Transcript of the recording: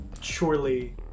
Surely